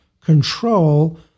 control